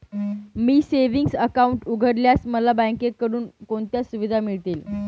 मी savings account उघडल्यास मला बँकेकडून कोणत्या सुविधा मिळतील?